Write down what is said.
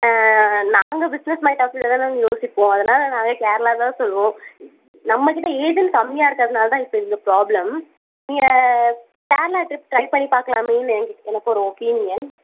ஆ நாங்கள் business point of யூவில் தான் நாங்கள் யோசிப்போம் அதனால் நாங்கள் கேரளா தான் சொல்லுவோம் நம்மகிட்ட ஏஜெண்ட் கம்மியாக இருக்கிறதுனால தான் இப்போ இங்கே ப்ராப்லம் நீங்கள் கேரளா ட்ரிப் ட்ரை பண்ணி பார்க்கலாமேன்னு எனக்கு ஒரு ஒப்பீனியன்